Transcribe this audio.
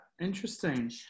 Interesting